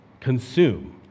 consume